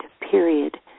period